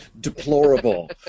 deplorable